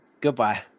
Goodbye